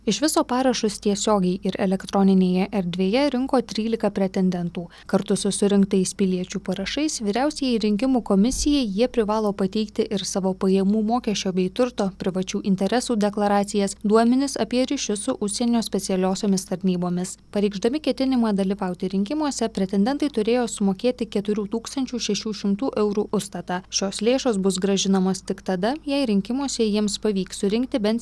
iš viso parašus tiesiogiai ir elektroninėje erdvėje rinko trylika pretendentų kartu su surinktais piliečių parašais vyriausiajai rinkimų komisijai jie privalo pateikti ir savo pajamų mokesčio bei turto privačių interesų deklaracijas duomenis apie ryšius su užsienio specialiosiomis tarnybomis pareikšdami ketinimą dalyvauti rinkimuose pretendentai turėjo sumokėti keturių tūkstančių šešių šimtų eurų užstatą šios lėšos bus grąžinamos tik tada jei rinkimuose jiems pavyks surinkti bent